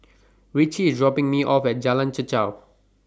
Ritchie IS dropping Me off At Jalan Chichau